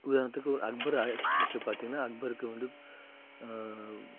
உதாரணத்துக்கு அக்பர் ஆட்சியில் இருக்கறப்ப பார்த்திங்கன்னா அக்பருக்கு வந்து